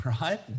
Right